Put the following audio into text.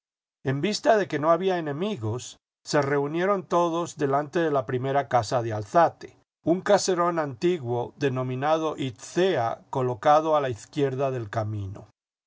en vista de que no había enemigos se reunieron todos delante de la primera casa de álzate un caserón antigua denominado itzea colocado a la izquierda del camino